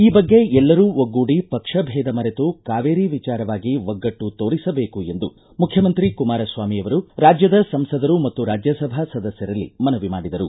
ಈ ಬಗ್ಗೆ ಎಲ್ಲರೂ ಒಗ್ಗೂಡಿ ಪಕ್ಷ ಭೇದ ಮರೆತು ಕಾವೇರಿ ವಿಚಾರವಾಗಿ ಒಗ್ಗಟ್ಟು ತೋರಿಸಬೇಕು ಎಂದು ಮುಖ್ಯಮಂತ್ರಿ ಕುಮಾರಸ್ವಾಮಿ ಅವರು ರಾಜ್ಯದ ಸಂಸದರು ಮತ್ತು ರಾಜ್ಯಸಭಾ ಸದಸ್ಕರಲ್ಲಿ ಮನವಿ ಮಾಡಿದರು